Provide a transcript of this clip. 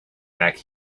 back